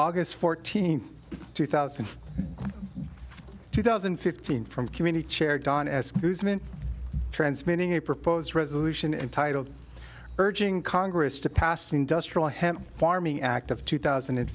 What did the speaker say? august fourteenth two thousand two thousand and fifteen from community chair don as transmitting a proposed resolution entitled urging congress to pass the industrial hemp farming act of two thousand and